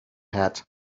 hat